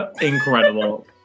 Incredible